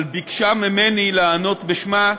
אבל ביקשה ממני לענות בשמה,